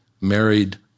married